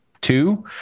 two